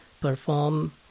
perform